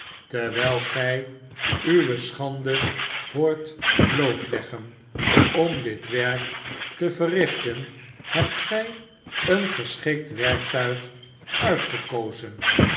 terwijl gij uwe schande hoort blootleggen om dit werk te verrichten hebt gij een geschikt werktuig uitgekozen